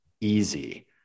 easy